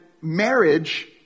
marriage